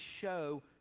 show